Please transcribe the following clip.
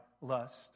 lust